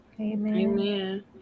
amen